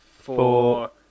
four